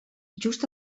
just